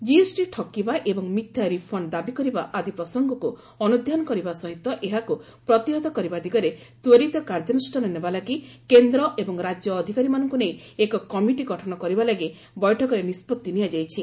GST ଠକିବା ଏବଂ ମିଥ୍ୟା ରିଫଣ୍ଡ ଦାବି କରିବା ଆଦି ପ୍ରସଙ୍ଗକୁ ଅନୁଧ୍ୟାନ କରିବା ସହିତ ଏହାକୁ ପ୍ରତିହତ କରିବା ଦିଗରେ ତ୍ୱରିତ କାର୍ଯ୍ୟାନୁଷ୍ଠାନ ନେବା ଲାଗି କେନ୍ଦ୍ର ଏବଂ ରାଜ୍ୟ ଅଧିକାରୀମାନଙ୍କୁ ନେଇ ଏକ କମିଟି ଗଠନ କରିବା ଲାଗି ବୈଠକରେ ନିଷ୍କଭି ନିଆଯାଇଛି